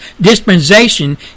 dispensation